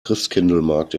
christkindlesmarkt